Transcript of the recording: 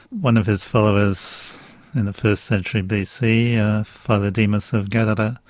one of his followers in the first century bc philodemus of gadara,